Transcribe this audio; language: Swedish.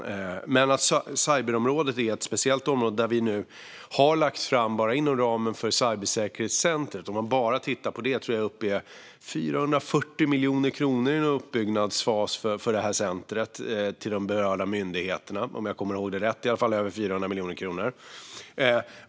Cyberområdet är ett speciellt område där vi nu bara inom ramen för cybersäkerhetscentret har lagt uppemot 440 miljoner kronor i en uppbyggnadsfas för centret till de berörda myndigheterna, om jag kommer ihåg rätt. Det är i alla fall över 400 miljoner kronor.